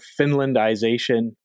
Finlandization